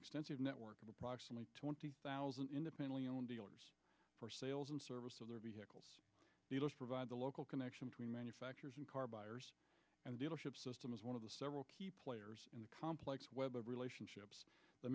extensive network of approximately twenty thousand independently owned dealers sales and service of their vehicles provide the local connection between manufacturers and car buyers and dealership system is one of the several key players in the complex web of relationships th